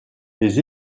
les